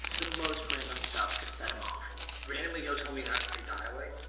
the most random stuff could set him off randomly, he'll tell me not to take the highway